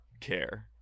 care